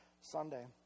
Sunday